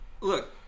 Look